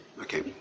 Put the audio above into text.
Okay